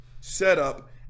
setup